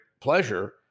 pleasure